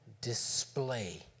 display